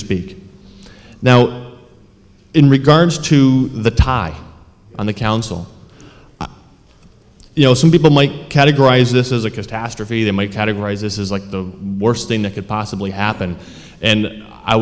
speak now in regards to the tie on the council you know some people might categorize this is a catastrophe that might categorize this is like the worst thing that could possibly happen and i